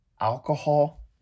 alcohol